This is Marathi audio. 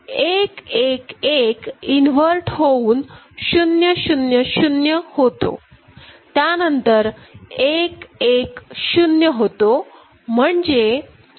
त्यानंतर1 1 1 इन्व्हर्ट होऊन0 0 0 होतो त्यानंतर 1 1 0 होतो